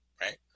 Right